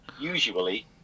usually